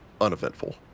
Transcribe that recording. uneventful